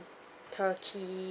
turkey